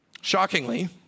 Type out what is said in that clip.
Shockingly